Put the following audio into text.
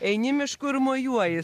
eini mišku ir mojuoji